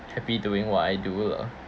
happy doing what I do lah